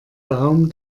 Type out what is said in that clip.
baum